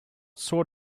sort